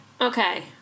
Okay